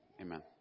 amen